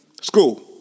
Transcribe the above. School